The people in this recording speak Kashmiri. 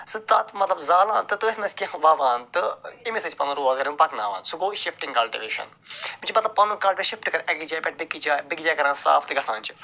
سُہ تتھ مطلب زالان تہٕ تٔتھۍ منٛز کیٚنٛہہ وَوان تہٕ اَمے سٍتۍ پنُن روزگار یِم پکناوان سُہ گوٚو شِفٹِنٛگ کلٹِویشن مےٚ چھِ مطلب پنُن کلٹِویشن شِفٹہٕ کر اَکہِ جایہِ پٮ۪ٹھ بیٚیِس جایہِ بیٚیِس جایہِ کَران صاف تہِ گَژھان چھِ